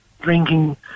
drinking